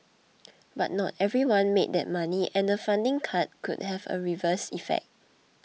but not everyone made that money and the funding cut could have a reverse effect